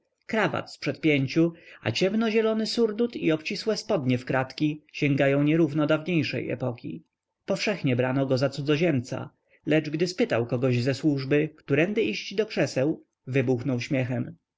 krawat zprzed pięciu a ciemnozielony surdut i obcisłe spodnie w kratki sięgają nierównie dawniejszej epoki powszechnie brano go za cudzoziemca lecz gdy spytał kogoś ze służby którędy iść do krzeseł wybuchnął śmiech